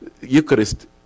Eucharist